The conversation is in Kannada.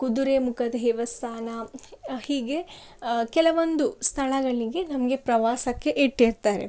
ಕುದುರೆಮುಖ ದೇವಸ್ಥಾನ ಹೀಗೆ ಕೆಲವೊಂದು ಸ್ಥಳಗಳಿಗೆ ನಮಗೆ ಪ್ರವಾಸಕ್ಕೆ ಇಟ್ಟಿರ್ತಾರೆ